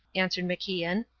answered macian.